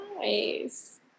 Nice